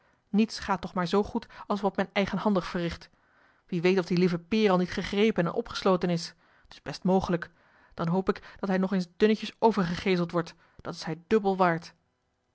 niets gaat toch maar zoo goed als wat men eigenhandig verricht wie weet of die lieve peer al niet gegrepen en opgesloten is t is best mogelijk dan hoop ik dat hij nog eens dunnetjes overgegeeseld wordt dat is hij dubbel waard